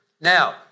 Now